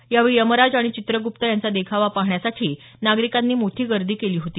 यावेळी यमराज आणि चित्रगुप्त यांचा देखावा पाहण्यासाठी नागरिकांनी मोठी गर्दी केली होती